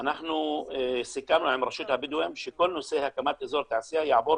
אנחנו סיכמנו עם רשות הבדואים שכל נושא הקמת אזורי התעשייה יעבור